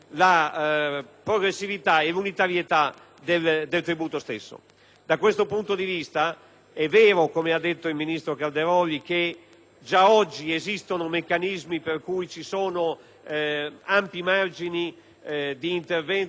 Da questo punto di vista, è vero ciò che ha detto il ministro Calderoli e cioè che già oggi esistono meccanismi per cui ci sono ampi margini di intervento sulle aliquote addizionali